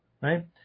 right